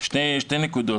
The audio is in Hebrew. שתי נקודות.